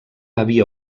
havia